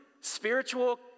spiritual